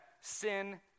sin